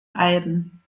alben